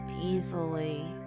easily